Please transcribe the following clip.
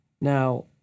Now